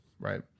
right